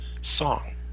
song